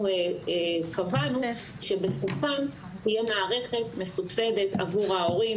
קבענו שבסופם תהיה מערכת מסובסדת עבור ההורים,